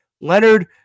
Leonard